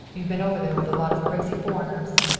you've been over there with a lot of crazy foreigners.